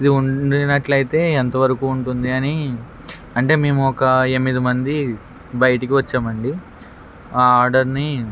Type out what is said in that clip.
ఇది ఉండినట్లయితే ఎంత వరకు ఉంటుంది అని అంటే మేము ఒక ఎమ్మిది మంది బయటికి వచ్చామండి ఆ ఆర్డర్ని